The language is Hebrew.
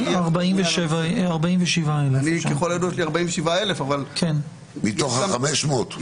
47,000. מתוך 500,000?